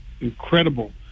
incredible